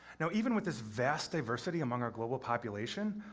now, even with this vast diversity among our global population,